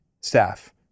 staff